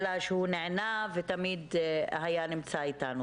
אלא שהוא נענה ותמיד נמצא אתנו.